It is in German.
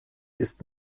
ist